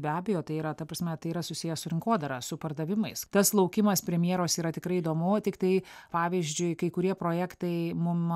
be abejo tai yra ta prasme tai yra susiję su rinkodara su pardavimais tas laukimas premjeros yra tikrai įdomu tiktai pavyzdžiui kai kurie projektai mum